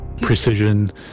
precision